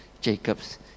Jacob's